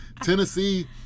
Tennessee